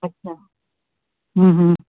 अच्छा हूं हूं